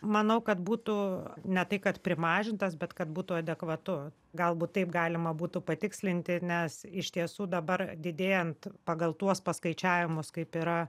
manau kad būtų ne tai kad primažintas bet kad būtų adekvatu galbūt taip galima būtų patikslinti nes iš tiesų dabar didėjant pagal tuos paskaičiavimus kaip yra